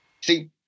See